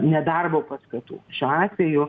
nedarbo paskatų šiuo atveju